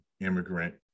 immigrant